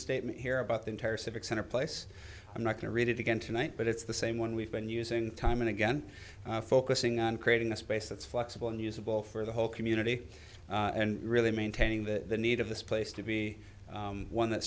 statement here about the entire civic center place i'm not going to read it again tonight but it's the same one we've been using time and again focusing on creating a space that's flexible and usable for the whole community and really maintaining that the need of this place to be one that